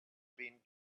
been